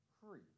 free